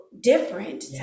different